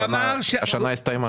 השנה הסתיימה.